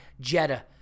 Jetta